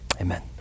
Amen